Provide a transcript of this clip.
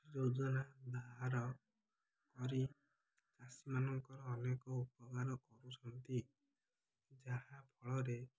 ଯୋଜନା ବାହାର କରି ଚାଷୀମାନଙ୍କର ଅନେକ ଉପକାର କରୁଛନ୍ତି ଯାହାଫଳରେ